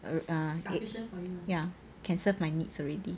err ya ya can serve my needs already